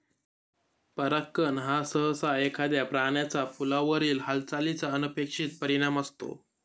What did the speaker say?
परागकण हा सहसा एखाद्या प्राण्याचा फुलावरील हालचालीचा अनपेक्षित परिणाम असतो